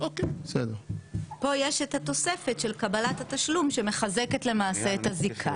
כאן יש את התוספת של קבלת התשלום שמחזקת למעשה את הזיקה.